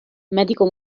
medico